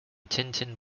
tintin